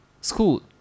School